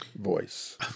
voice